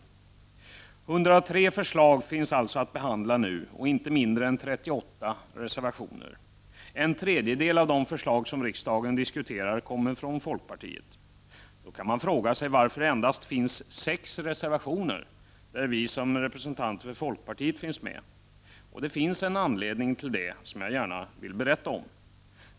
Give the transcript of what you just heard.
103 förslag finns alltså att behandla nu och inte mindre än 38 reservationer. En tredjedel av de förslag som riksdagen diskuterar kommer från folkpartiet. Då kan man fråga sig varför det bara finns sex reservationer där representanter för folkpartiet finns med. Det finns en anledning till det som jag gärna vill tala om.